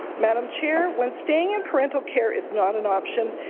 madam chair, when staying in parental care is not an option,